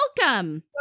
welcome